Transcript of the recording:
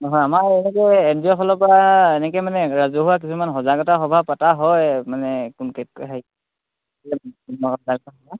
নহয় আমাৰ এনেকৈ এন জি অ'ফালৰপৰা এনেকৈ মানে ৰাজহুৱা কিছুমান সজাগতা সভা পতা হয় মানে